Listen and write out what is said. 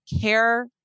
care